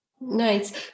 Nice